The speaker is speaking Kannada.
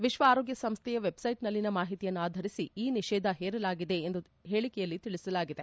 ವಿಶ್ವ ಆರೋಗ್ಯ ಸಂಸ್ಥೆಯ ವೆಬ್ಸೈಟ್ನಲ್ಲಿನ ಮಾಹಿತಯನ್ನಾಧರಿಸಿ ಈ ನಿಷೇಧ ಹೇರಲಾಗಿದೆ ಎಂದು ಹೇಳಿಕೆಯಲ್ಲಿ ತಿಳಿಸಲಾಗಿದೆ